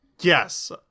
Yes